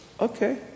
okay